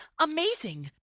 amazing